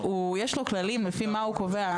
יש לו כללים של לפי מה הוא קובע.